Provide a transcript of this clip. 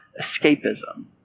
escapism